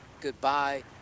Goodbye